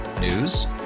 News